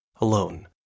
alone